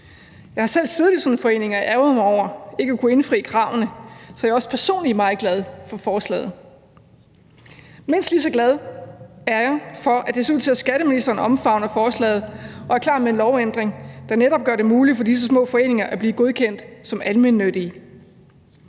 Jeg har selv siddet i sådan en forening og ærgret mig over ikke at kunne indfri kravene, så jeg er også personligt meget glad for beslutningsforslaget, og mindst lige så glad er jeg for, at det ser ud til, at skatteministeren omfavner forslaget og er klar med en lovændring, der netop gør det muligt for disse små foreninger at blive godkendt som almennyttige.